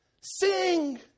Sing